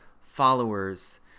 followers